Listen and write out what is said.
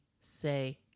say